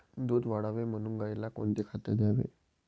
दूध वाढावे म्हणून गाईला कोणते खाद्य द्यावे?